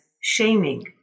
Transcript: shaming